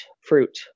fruit